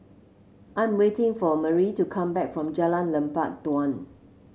I'm waiting for Merrie to come back from Jalan Lebat Daun